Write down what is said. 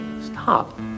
Stop